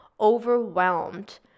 overwhelmed